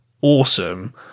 awesome